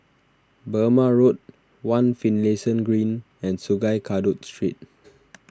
Burmah Road one Finlayson Green and Sungei Kadut Street